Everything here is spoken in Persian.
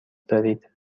دارید